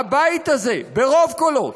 הבית הזה, ברוב קולות,